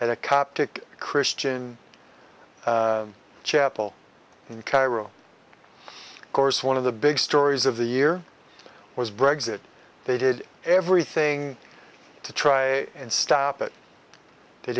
at a coptic christian chapel in cairo course one of the big stories of the year was brags that they did everything to try and stop it they